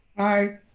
aye,